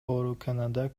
ооруканада